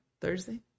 Thursday